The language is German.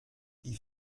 die